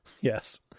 Yes